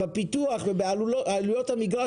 בפיתוח ובעלויות המגרש,